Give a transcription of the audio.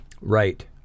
Right